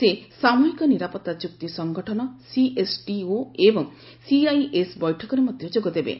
ସେ ସାମୃହିକ ନିରାପତ୍ତା ଚୁକ୍ତି ସଂଗଠନ ସିଏସ୍ଟିଓ ଏବଂ ସିଆଇଏସ୍ ବୈଠକରେ ମଧ୍ୟ ଯୋଗଦେବେ